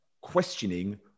questioning